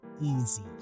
easy